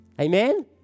Amen